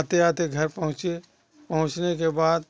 आते जाते घर पहुँचे पहुँचने के बाद